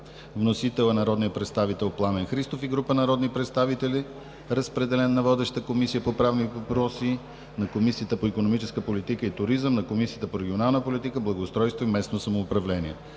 Вносител е народният представител Пламен Христов и група народни представители. Разпределен е на водещата Комисия по правни въпроси, на Комисията по икономическа политика и туризъм, на Комисията по регионална политика, благоустройство и местно самоуправление.